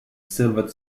silver